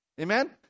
Amen